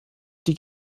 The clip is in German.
die